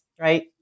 right